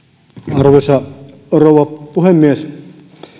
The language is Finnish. arvoisa rouva puhemies